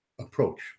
approach